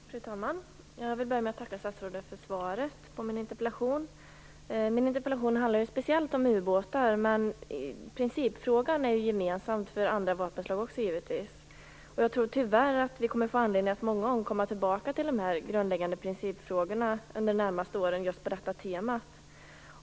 Fru talman! Jag vill börja med att tacka statsrådet för svaret på min interpellation. Min interpellation handlar ju speciellt om ubåtar, men principfrågan är gemensam för alla vapenslag. Tyvärr tror jag att vi kommer att få anledning att komma tillbaka till dessa grundläggande principfrågor många gånger under de närmaste åren.